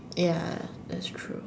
ya that's true